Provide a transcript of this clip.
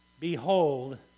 Behold